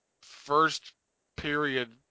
first-period